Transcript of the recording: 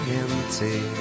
empty